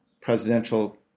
presidential